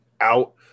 out